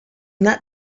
that